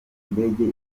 ndege